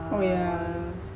oh yeah